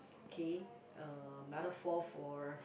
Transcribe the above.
okay uh metaphor for